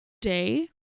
day